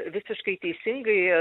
visiškai teisingai